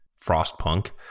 Frostpunk